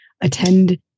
attend